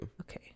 okay